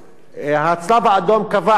הצלב-האדום קבע שהוא צריך.